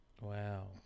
Wow